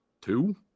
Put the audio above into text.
two